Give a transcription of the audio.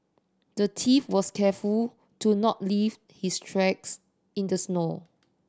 the thief was careful to not leave his tracks in the snow